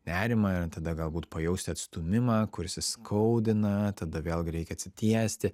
nerimą ir tada galbūt pajausti atstūmimą kuris įskaudina tada vėlgi reikia atsitiesti